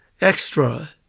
Extra